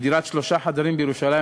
שמחיר דירת שלושה חדרים בירושלים,